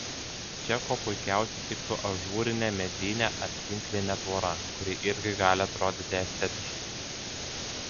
čia kuo puikiausiai tiktų ažūrinė medinė ar tinklinė tvora kuri irgi gali atrodyti estetiškai